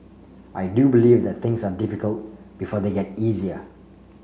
I do believe that things are difficult before they get easier